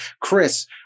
Chris